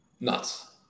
nuts